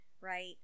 right